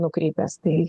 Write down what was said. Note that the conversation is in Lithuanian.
nukrypęs tai